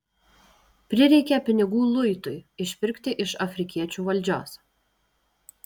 prireikė pinigų luitui išpirkti iš afrikiečių valdžios